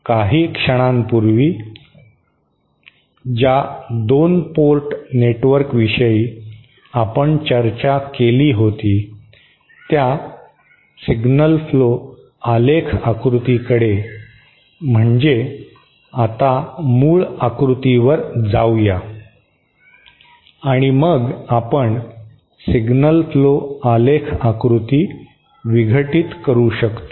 काही क्षणांपूर्वी ज्या 2 पोर्ट नेटवर्कविषयी आपण चर्चा केली होती त्या सिग्नल फ्लो आलेख आकृतीकडे म्हणजे आता मूळ आकृतीवर जाऊया आणि मग आपण सिग्नल फ्लो आलेख आकृती विघटित करू शकतो